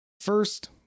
First